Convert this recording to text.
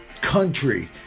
country